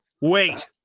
Wait